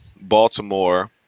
Baltimore